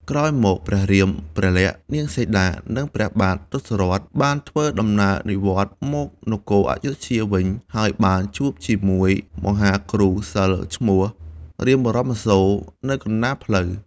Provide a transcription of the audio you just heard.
ក្រោយមកព្រះរាម ព្រះក្សណ៍ នាងសីតានិងព្រះបាទ ទសរថបានធ្វើដំណើរនិវត្តន៍មកនគរព្ធយុធ្យាវិញ ហើយបានជួបជាមួយមហាគ្រូសិល្ប៍ឈ្មោះ រាមបរមសូរ នៅកណ្តាលផ្លូវ។